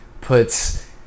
puts